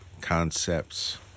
concepts